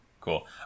cool